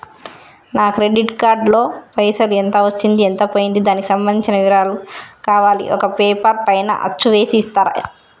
నా credit card లో పైసలు ఎంత వచ్చింది ఎంత పోయింది దానికి సంబంధించిన వివరాలు కావాలి ఒక పేపర్ పైన అచ్చు చేసి ఇస్తరా?